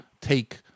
take